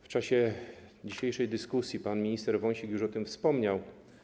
W czasie dzisiejszej dyskusji pan minister Wąsik już o tym wspomniał.